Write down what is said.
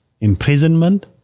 imprisonment